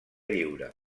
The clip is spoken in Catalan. lliure